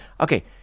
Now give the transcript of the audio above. okay